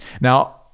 Now